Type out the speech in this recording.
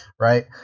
Right